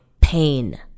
pain